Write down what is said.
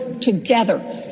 together